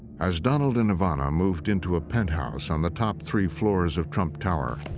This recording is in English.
as donald and ivana moved into a penthouse on the top three floors of trump tower,